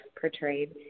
portrayed